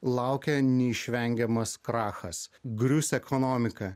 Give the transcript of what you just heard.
laukia neišvengiamas krachas grius ekonomika